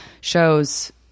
shows